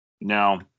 Now